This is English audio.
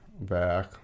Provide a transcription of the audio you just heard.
back